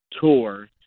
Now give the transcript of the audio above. tour